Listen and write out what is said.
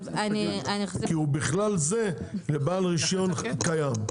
כי בכלל זה לבעל רישיון קיים.